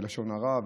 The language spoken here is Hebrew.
ולשון הרע,